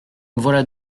voilà